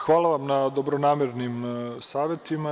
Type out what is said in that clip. Hvala vam na dobronamernim savetima.